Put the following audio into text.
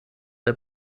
der